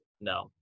no